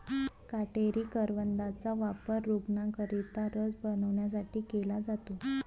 काटेरी करवंदाचा वापर रूग्णांकरिता रस बनवण्यासाठी केला जातो